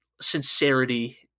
sincerity